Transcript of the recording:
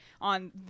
on